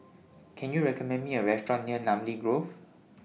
Can YOU recommend Me A Restaurant near Namly Grove